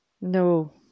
No